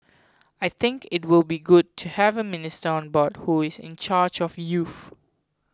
I think it will be good to have a minister on board who is in charge of youth